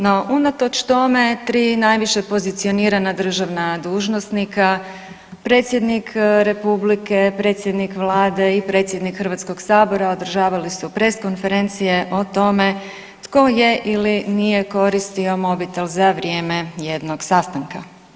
No, unatoč tome 3 najviše pozicionirana državna dužnosnika, predsjednik republike, predsjednik vlade i predsjednik Hrvatskog sabora održavali su press konferencije o tome tko je ili nije koristio mobitel za vrijeme jednog sastanka.